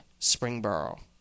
Springboro